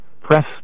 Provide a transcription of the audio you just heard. press